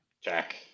Jack